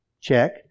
Check